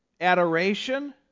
Adoration